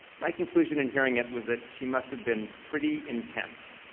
my conclusion in hearing it was that she must have been pretty intense.